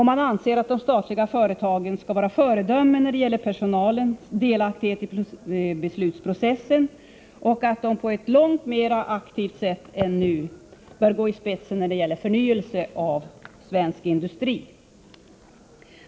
Vpk anser att de statliga företagen skall vara ett föredöme i fråga om personalens delaktighet i beslutsprocessen och att de på ett långt mera aktivt sätt än nu bör gå i spetsen när det gäller förnyelse av svensk industri.